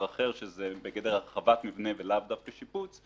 אחר שזה בגדר הרחבת מבנה ולאו דווקא שיפוץ,